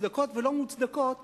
מוצדקות ולא מוצדקות,